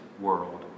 world